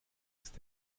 ist